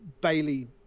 Bailey